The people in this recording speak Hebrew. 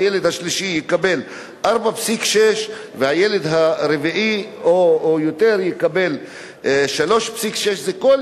הילד השלישי יקבל 4.6% והילד הרביעי או יותר יקבל 3.6%. קרי,